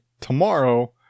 tomorrow